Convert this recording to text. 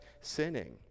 sinning